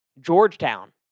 Georgetown